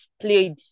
played